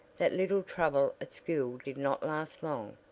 that little trouble at school did not last long.